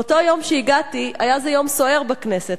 באותו יום שהגעתי, היה זה יום סוער בכנסת.